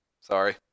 sorry